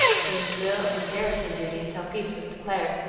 doing drill and garrison duty until peace was declared.